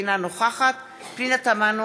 אינה נוכחת פנינה תמנו,